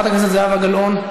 חברת הכנסת זהבה גלאון,